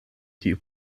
kiu